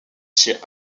chez